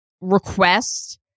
request